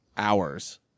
Hours